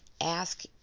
ask